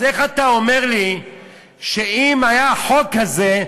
אז איך אתה אומר לי שאם היה החוק הזה,